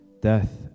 death